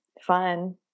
Fun